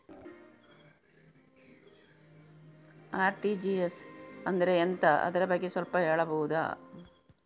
RTGS ಅಂದ್ರೆ ಎಂತ ಅದರ ಬಗ್ಗೆ ಸ್ವಲ್ಪ ಹೇಳಬಹುದ?